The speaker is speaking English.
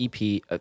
EP